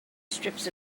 strips